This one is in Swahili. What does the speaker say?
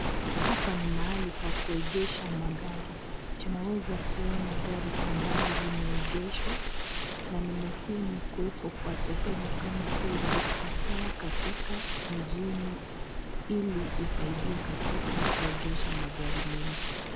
Hapa ni mahali pa kuegesha magari, tunaweza kuona gari ambalo limeegeshwa na ni muhimu kuwepo kwa sehemu kama hivi, hasa katika mjini ili isaidie katika kuegesha magari mengi.